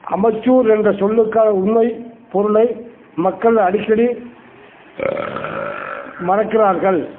amateur என்ற சொல்லுக்கான உண்மைப் பொருளை மக்கள் அடிக்கடி மறக்கிறார்கள்